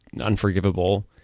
unforgivable